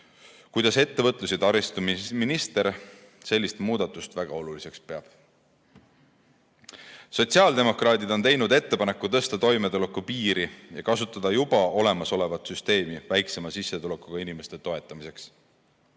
ja taristuminister peab sellist muudatust väga oluliseks. Sotsiaaldemokraadid on teinud ettepaneku tõsta toimetulekupiiri ja kasutada juba olemas olevat süsteemi väiksema sissetulekuga inimeste toetamiseks.